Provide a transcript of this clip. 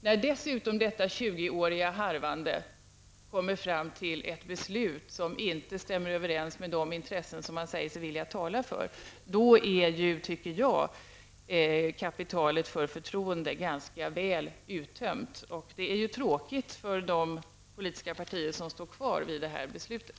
När detta 20-åriga harvande dessutom leder fram till ett beslut som inte stämmer överens med de intressen man säger sig vilja tala för, tycker jag att kapitalet för förtroende är ganska väl uttömt. Det är tråkigt för de politiska partier som står kvar vid det här beslutet.